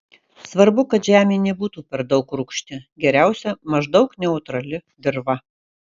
svarbu kad žemė nebūtų per daug rūgšti geriausia maždaug neutrali dirva